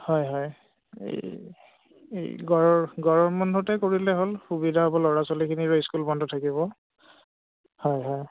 হয় হয় এই এই গৰৰ গৰম বন্ধতে কৰিলে হ'ল সুবিধা হ'ব ল'ৰা ছোৱালীখিনিৰো স্কুল বন্ধ থাকিব হয় হয়